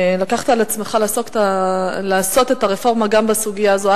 לקחת על עצמך לעשות את הרפורמה גם בסוגיה הזאת.